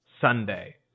Sunday